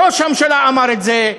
ראש הממשלה אמר את זה,